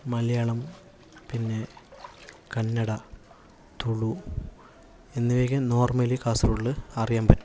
മലയാളം പിന്നെ കന്നഡ തുളു എന്നിവയൊക്കെ നോർമലി കാസർഗോഡിൽ അറിയാൻ പറ്റും